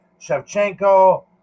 Shevchenko